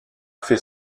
fait